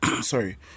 sorry